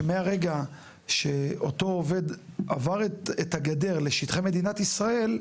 שמהרגע שאותו עובד עבר את הגדר לשטחי מדינת ישראל,